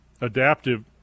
Adaptive